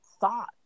thought